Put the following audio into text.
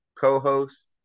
co-host